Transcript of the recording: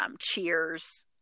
cheers